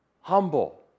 humble